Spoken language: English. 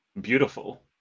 beautiful